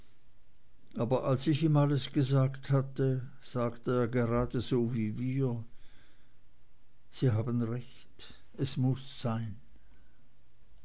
aber als ich ihm alles gesagt hatte sagte er geradeso wie wir sie haben recht es muß sein